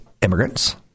immigrants